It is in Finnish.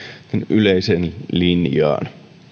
yleiseen linjaan